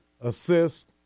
assist